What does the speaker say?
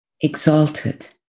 exalted